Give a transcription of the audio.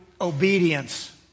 obedience